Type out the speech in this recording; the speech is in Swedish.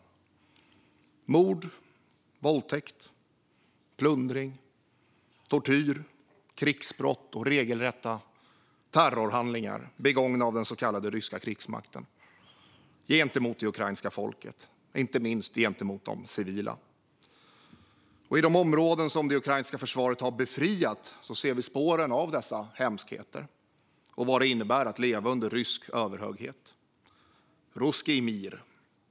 Det är fråga om mord, våldtäkt, plundring, tortyr, krigsbrott och regelrätta terrorhandlingar begångna av den så kallade ryska krigsmakten gentemot det ukrainska folket, inte minst gentemot de civila. I de områden som det ukrainska försvaret har befriat ser vi spåren av dessa hemskheter och vad det innebär att leva under rysk överhöghet - russkij mir.